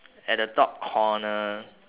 at the top corner